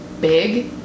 big